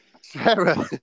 Sarah